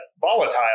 volatile